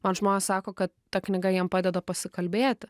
man žmonės sako kad ta knyga jiem padeda pasikalbėti